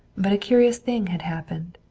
but a curious thing had happened.